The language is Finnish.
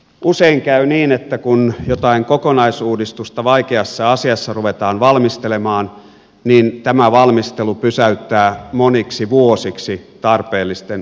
usein käy niin että kun jotain kokonaisuudistusta vaikeassa asiassa ruvetaan valmistelemaan niin tämä valmistelu pysäyttää moniksi vuosiksi tarpeellisten osittaisuudistusten tekemisen